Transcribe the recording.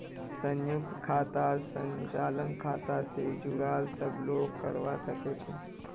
संयुक्त खातार संचालन खाता स जुराल सब लोग करवा सके छै